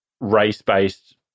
race-based